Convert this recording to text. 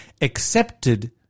accepted